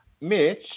Mitch